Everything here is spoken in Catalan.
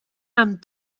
amb